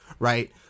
Right